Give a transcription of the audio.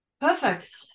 Perfect